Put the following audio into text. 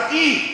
הראי,